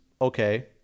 Okay